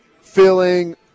feeling